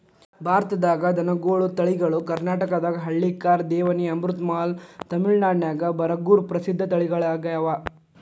ಭಾರತದಾಗ ದನಗೋಳ ತಳಿಗಳು ಕರ್ನಾಟಕದಾಗ ಹಳ್ಳಿಕಾರ್, ದೇವನಿ, ಅಮೃತಮಹಲ್, ತಮಿಳನಾಡಿನ್ಯಾಗ ಬರಗೂರು ಪ್ರಸಿದ್ಧ ತಳಿಗಳಗ್ಯಾವ